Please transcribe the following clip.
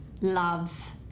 love